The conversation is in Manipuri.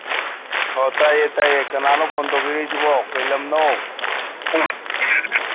ꯑꯣ ꯇꯥꯏꯌꯦ ꯇꯥꯏꯌꯦ ꯀꯅꯥꯅꯣ ꯐꯣꯟ ꯇꯧꯕꯤꯔꯛꯏꯁꯤꯕꯣ ꯀꯔꯤ ꯂꯝꯅꯣ